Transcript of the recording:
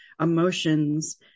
emotions